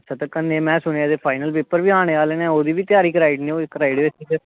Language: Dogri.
ते कन्नै सुनेआ में फाईनल पेपर बी आने आह्ले न ओह्दी त्यारी कराई ओड़ेओ फिर